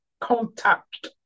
contact